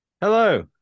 Hello